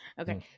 Okay